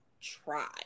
try